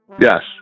Yes